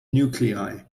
nuclei